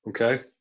Okay